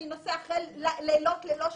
אני נוסע אחרי לילות ללא שינה,